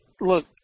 Look